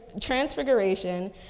transfiguration